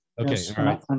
okay